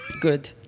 good